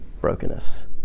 brokenness